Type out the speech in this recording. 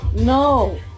No